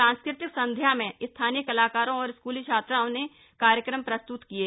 सांस्कृतिक संध्या में स्थानीय कलाकारों और स्कूली छात्राओं ने कार्यक्रम प्रस्तुत किये